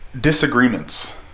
disagreements